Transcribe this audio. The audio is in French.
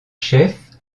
chef